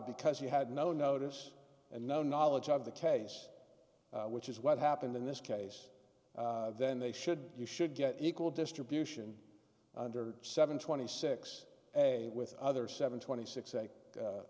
because you had no notice and no knowledge of the case which is what happened in this case then they should you should get equal distribution under seven twenty six a with other seven twenty six